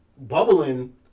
bubbling